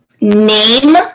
name